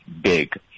big